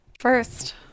First